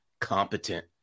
competent